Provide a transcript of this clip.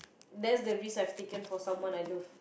that's the risk I've taken for someone I love